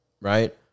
right